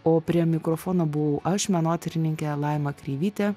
o prie mikrofono buvau aš menotyrininkė laima kreivytė